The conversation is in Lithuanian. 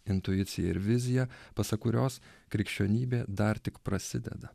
intuicija ir vizija pasak kurios krikščionybė dar tik prasideda